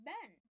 Ben